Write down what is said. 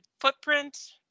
footprint